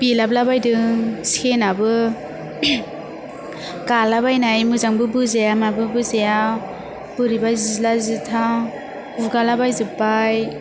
बेलाबलाबायदों सेनाबो गालाबायनाय मोजांबो बोजाया माबो बोजाया बोरैबा जिला जिथा गुगाला बायजोबबाय